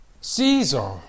Caesar